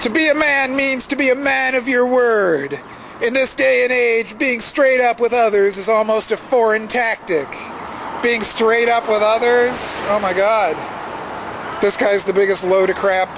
to be a man means to be a man of your word in this day and age being straight up with others is almost a foreign tactic being straight up with others oh my god this guy's the biggest load of crap